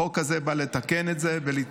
החוק הזה בא לתקן את זה ולתרום